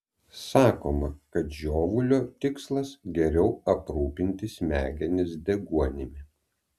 sakoma kad žiovulio tikslas geriau aprūpinti smegenis deguonimi